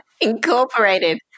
Incorporated